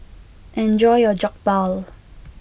enjoy your Jokbal